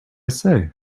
say